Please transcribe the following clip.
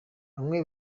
bamwe